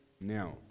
Now